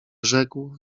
rzekł